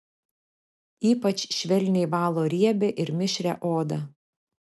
ypač švelniai valo riebią ir mišrią odą